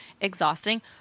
exhausting